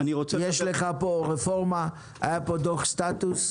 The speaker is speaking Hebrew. יש לך פה רפורמה, היה פה דוח סטטוס.